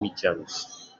mitjans